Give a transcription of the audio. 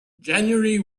january